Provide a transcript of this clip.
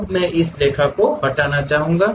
अब मैं इस रेखा को हटाना चाहूंगा